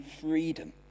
freedom